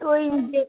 তো ওই যে